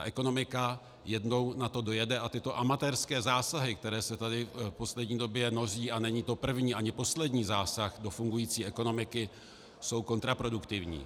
Ekonomika na to jednou dojede a tyto amatérské zásahy, které se tady v poslední době množí, není to první ani poslední zásah do fungující ekonomiky, jsou kontraproduktivní.